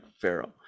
Pharaoh